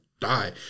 die